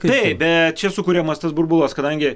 taip bet čia sukuriamas tas burbulas kadangi